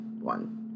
one